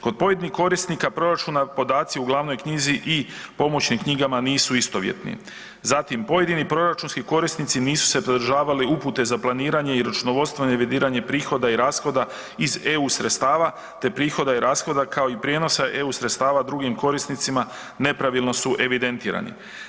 Kod pojedinih korisnika proračuna podaci u glavnoj knjizi i pomoćnim knjigama nisu istovjetni, zatim pojedini proračunski korisnici nisu se pridržavali upute za planiranje i računovodstveno revidiranje prihoda i rashoda iz eu sredstava te prihoda i rashoda kao i prijenosa eu sredstava drugim korisnicima nepravilno su evidentirani.